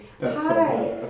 Hi